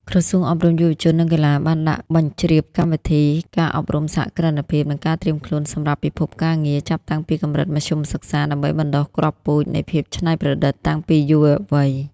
ក្រសួងអប់រំ យុវជន និងកីឡា បានដាក់បញ្ជ្រាបកម្មវិធី "ការអប់រំសហគ្រិនភាព និងការត្រៀមខ្លួនសម្រាប់ពិភពការងារ" ចាប់តាំងពីកម្រិតមធ្យមសិក្សា ដើម្បីបណ្ដុះគ្រាប់ពូជនៃភាពច្នៃប្រឌិតតាំងពីយុវវ័យ។